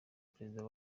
perezida